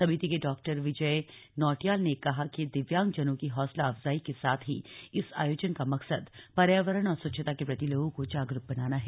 समिति के डॉ विजय नौटियाल ने कहा कि दिव्यांग जनों की हौसला अफजाई के साथ ही इस आयोजन का मकसद पर्यावरण और स्वच्छता के प्रति लोगों को जागरुक बनाना है